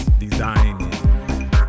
designing